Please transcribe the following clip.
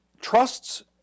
trusts